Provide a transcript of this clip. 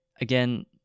again